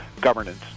governance